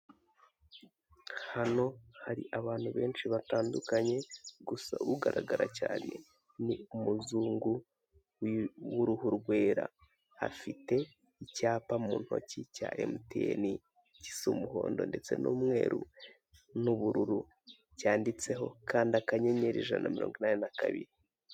Hano hari abantu benshi batandukanye gusa ugaragara ni umuzungu w'uruhu rwera afite icyapa mu ntoki cya emutiyene gisa umuhondo ndetse n'umweru n'ubururu cyanditseho kanda akanyenyeri ijana na mirongo inani na kabiri.